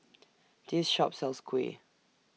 This Shop sells Kuih